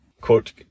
quote